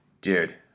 dude